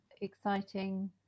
Exciting